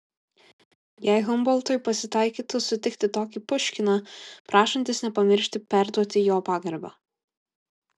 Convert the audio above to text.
jei humboltui pasitaikytų sutikti tokį puškiną prašantis nepamiršti perduoti jo pagarbą